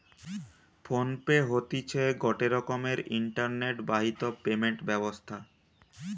phone pay হতিছে গটে রকমের ইন্টারনেট বাহিত পেমেন্ট ব্যবস্থা